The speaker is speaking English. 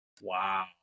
Wow